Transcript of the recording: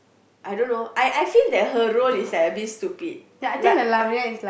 I don't know I I feel that her role is like a bit stupid like